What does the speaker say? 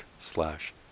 slash